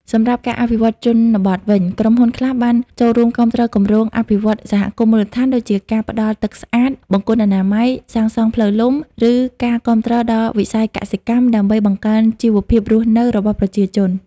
សម្រាប់់ការអភិវឌ្ឍជនបទវិញ ក្រុមហ៊ុនខ្លះបាន ចូលរួមគាំទ្រគម្រោងអភិវឌ្ឍន៍សហគមន៍មូលដ្ឋាន ដូចជាការផ្ដល់ទឹកស្អាត បង្គន់អនាម័យ សាងសង់ផ្លូវលំ ឬការគាំទ្រដល់វិស័យកសិកម្ម ដើម្បីបង្កើនជីវភាពរស់នៅរបស់ប្រជាជន។